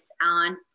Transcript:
on